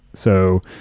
so,